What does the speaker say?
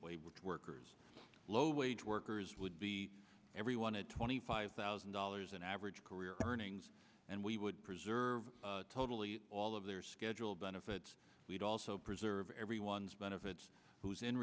wave which workers low wage workers would be every wanted twenty five thousand dollars an average career earnings and we would preserve totally all of their scheduled benefits we'd also preserve everyone's benefits who is in